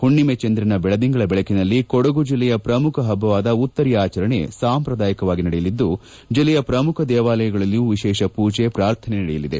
ಹುಣ್ಣಿಮೆ ಚಂದಿರನ ಬೆಳದಿಂಗಳ ಬೆಳಕಿನಲ್ಲಿ ಕೊಡಗು ಜಿಲ್ಲೆಯ ಪ್ರಮುಖ ಹಬ್ಬವಾದ ಹುತ್ತರಿಯ ಆಚರಣೆ ಸಾಂಪ್ರದಾಯಿಕವಾಗಿ ನಡೆಯಲಿದ್ದು ಜಿಲ್ಲೆಯ ಪ್ರಮುಖ ದೇವಾಲಯಗಳಲ್ಲಿಯೂ ವಿಶೇಷ ಪೂಜೆ ಪ್ರಾರ್ಥನೆ ನಡೆಯಲಿದೆ